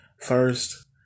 First